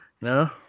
No